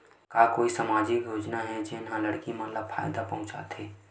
का कोई समाजिक योजना हे, जेन हा लड़की मन ला फायदा पहुंचाथे?